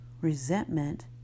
resentment